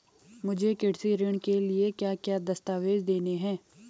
मुझे कृषि ऋण के लिए क्या क्या दस्तावेज़ देने हैं?